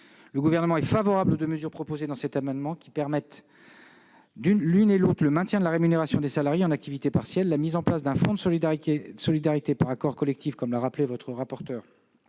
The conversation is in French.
Le Gouvernement est favorable aux deux mesures proposées, qui permettent l'une et l'autre le maintien de la rémunération des salariés en activité partielle. La mise en place d'un fonds de solidarité par accord collectif permettra aux partenaires